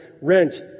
rent